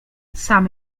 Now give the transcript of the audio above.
sam